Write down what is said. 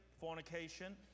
fornication